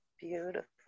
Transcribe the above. beautiful